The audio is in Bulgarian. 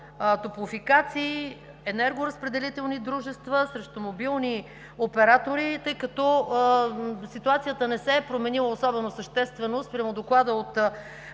топлофикации, енергоразпределителни дружества, срещу мобилни оператори, тъй като ситуацията не се е променила особено съществено спрямо доклада от